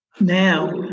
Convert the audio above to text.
now